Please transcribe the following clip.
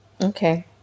Okay